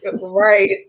Right